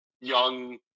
young